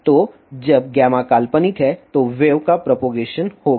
तो जब काल्पनिक है तो वेव का प्रोपगेशन होगा